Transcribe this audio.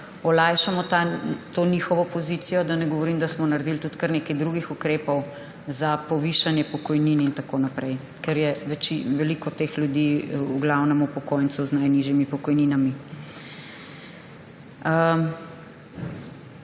olajšamo to njihovo pozicijo. Da ne govorim, da smo naredili tudi kar nekaj drugih ukrepov za povišanje pokojnin in tako naprej, ker je veliko teh ljudi v glavnem upokojencev z najnižjimi pokojninami.